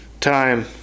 time